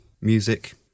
music